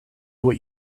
what